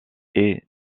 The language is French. est